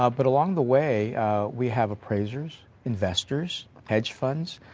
ah but along the way we have appraisers, investors, hedge funds.